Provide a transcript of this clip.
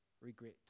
regret